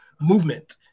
movement